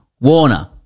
Warner